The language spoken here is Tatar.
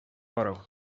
карау